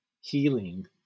healing